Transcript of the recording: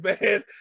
man